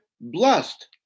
blessed